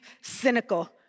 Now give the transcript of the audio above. cynical